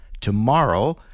tomorrow